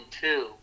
two